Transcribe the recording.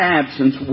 absence